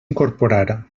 incorporar